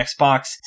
Xbox